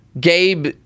Gabe